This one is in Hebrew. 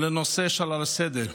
ולנושא שעל סדר-היום.